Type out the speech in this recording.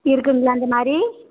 இருக்குங்களா அந்த மாரி